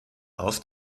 auf